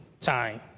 time